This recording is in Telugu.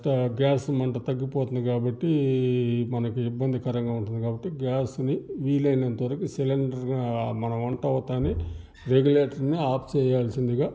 స్ట గ్యాసు మంట తగ్గిపోతుంది కాబట్టి ఇది మనకి ఇబ్బంది కరంగా ఉంటుంది కాబట్టి గ్యాసుని వీలైనంతవరకు సిలిండర్ని మన వంటవతానే రెగ్యులేటర్ని ఆఫ్ చేయాల్సిందిగా